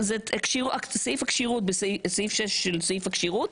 סעיף 6 של סעיף הכשירות,